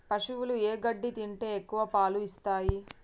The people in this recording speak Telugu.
పశువులు ఏ గడ్డి తింటే ఎక్కువ పాలు ఇస్తాయి?